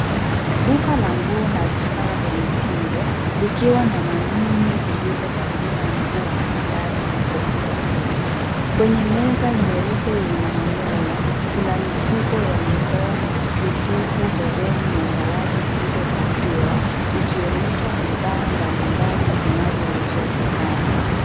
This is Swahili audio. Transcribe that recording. Duka la nguo na vifaa vya mitindo likiwa na manyunyu zilizovalia nguo maridadi na kofia kubwa. Kwenye meza nyeupe yenye manyoya, kuna mifuko ya mikono mikufu, hereni na zawadi zilizopakiwa, zikionyesha bidhaa mbalimbali zinazouzwa dukani.